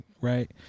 right